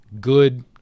good